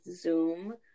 Zoom